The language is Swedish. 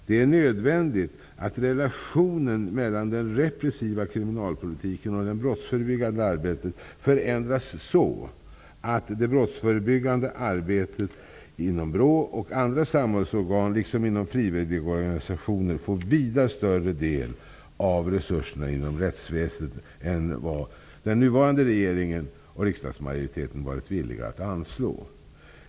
Det är nödvändigt att relationen mellan den repressiva kriminalpolitiken och det brottsförebyggande arbetet förändras så att det brottsförebyggande arbetet inom BRÅ och andra samhällsorgan liksom frivilligorganisationer får vida större del av resurserna inom rättsväsendet än vad den nuvarande regeringen och riksdagsmajoriteten varit villiga att anslå.